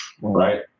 right